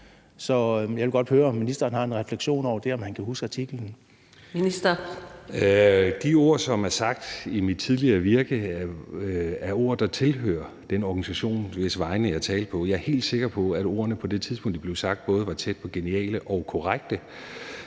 energi- og forsyningsministeren (Lars Aagaard): De ord, som er sagt i mit tidligere virke, er ord, der tilhører den organisation, hvis vegne jeg talte på. Jeg er helt sikker på, at ordene på det tidspunkt, de blev sagt, både var tæt på geniale og korrekte,